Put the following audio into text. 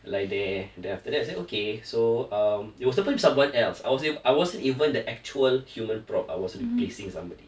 lie there then after that I say okay so um it was supposed to be someone else I was I wasn't even the actual human prop I replacing somebody